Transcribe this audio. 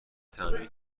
طعمی